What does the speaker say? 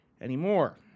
anymore